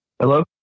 Hello